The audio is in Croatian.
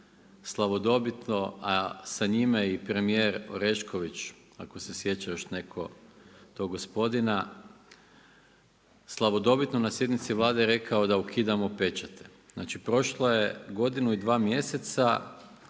slavodobitno a sa njime i premijer Orešković, ako se sjeća još netko tog gospodina, slavodobitno na sjednici Vlade je rekao da ukidamo pečate. Znači prošlo je godinu i dva mjeseca,